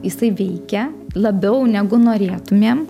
jisai veikia labiau negu norėtumėm